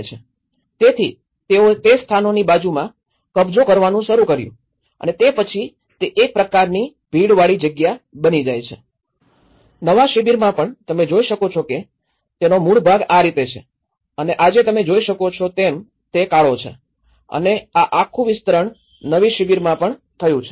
તેથી તેઓએ તે સ્થાનોની બાજુમાં કબજો કરવાનું શરૂ કર્યું અને તે પછી તે એક પ્રકારની ભીડવાળી જગ્યા બની જાય છે નવા શિબિરમાં પણ તમે જોઈ શકો છો કે તેનો મૂળ ભાગ આ રીતે છે અને આજે તમે જોઈ શકો છો તેમ તે કાળો છે અને આ આખું વિસ્તરણ નવી શિબિરમાં પણ થયું છે